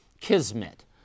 kismet